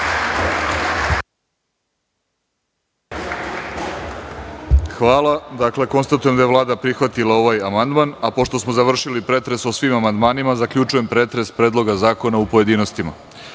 Hvala. Konstatujem da je Vlada prihvatila ovaj amandman. Pošto smo završili pretres o svim amandmanima, zaključujem pretres predloga zakona u pojedinostima. Pošto